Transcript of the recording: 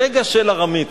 רגע של ארמית,